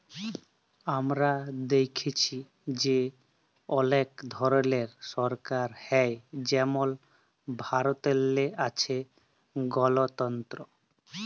আমরা দ্যাইখছি যে অলেক ধরলের সরকার হ্যয় যেমল ভারতেল্লে আছে গলতল্ত্র